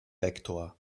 vektor